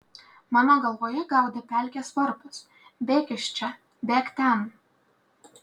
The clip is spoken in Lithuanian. mano galvoje gaudė pelkės varpas bėk iš čia bėk ten